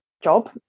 job